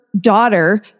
Daughter